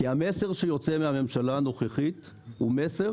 כי המסר שיוצא מהממשלה הנוכחית הוא מסר